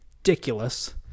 ridiculous